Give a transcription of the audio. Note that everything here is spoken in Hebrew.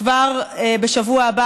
כבר בשבוע הבא,